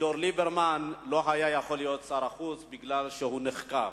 אביגדור ליברמן לא היה יכול להיות שר החוץ בגלל שהוא נחקר.